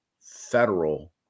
federal